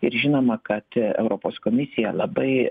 ir žinoma kad europos komisija labai